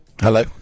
hello